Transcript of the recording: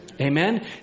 Amen